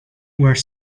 were